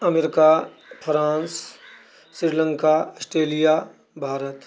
America France Sri Lanka Australia Bharat